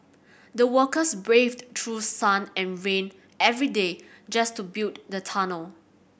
the workers braved through sun and rain every day just to build the tunnel